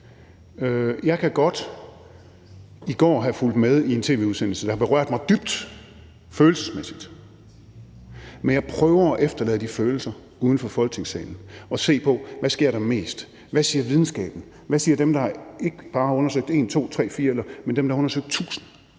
Jeg kan godt i går have fulgt med i en tv-udsendelse, der har berørt mig dybt følelsesmæssigt, men jeg prøver at efterlade de følelser uden for Folketingssalen og se på, hvad der mest sker, hvad videnskaben siger, og hvad dem, der ikke bare har undersøgt 1, 2, 3 eller 4, men har undersøgt 1.000,